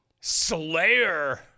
Slayer